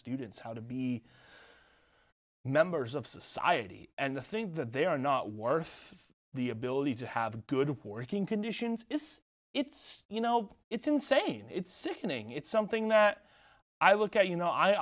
students how to be members of society and the think that they are not worth the ability to have good working conditions is it still you know it's insane it's sickening it's something that i look at you know i